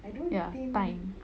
ya time